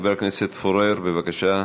חבר הכנסת פורר, בבקשה.